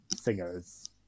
singers